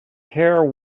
hair